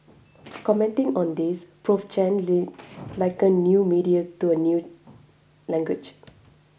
commenting on this Prof Chen link likened a new media to a new language